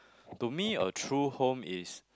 to me a true home is